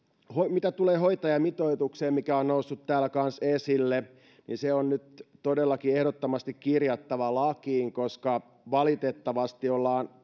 mitä tulee hoitajamitoitukseen mikä on noussut täällä kanssa esille niin se on nyt todellakin ehdottomasti kirjattava lakiin koska valitettavasti ollaan